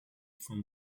from